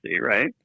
right